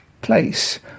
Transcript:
Place